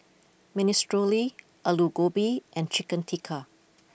Minestrone Alu Gobi and Chicken Tikka